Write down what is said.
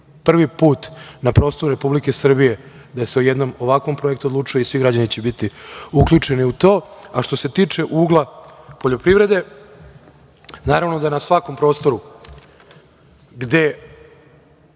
prvi put na prostoru Republike Srbije da se o jednom ovakvom projektu odlučuje i svi građani će biti uključeni u to. Što se tiče ugla poljoprivrede, naravno da na svakom prostoru gde